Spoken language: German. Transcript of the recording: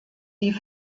die